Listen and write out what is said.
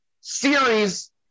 series